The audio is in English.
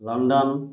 London